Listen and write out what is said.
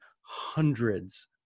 hundreds